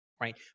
right